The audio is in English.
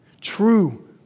True